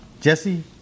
Jesse